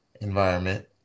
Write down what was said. environment